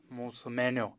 mūsų meniu